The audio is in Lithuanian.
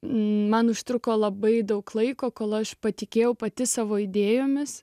man užtruko labai daug laiko kol aš patikėjau pati savo idėjomis